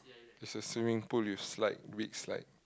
it's a swimming pool with slide big slide